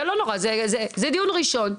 לא נורא, זה דיון ראשון.